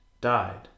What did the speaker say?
died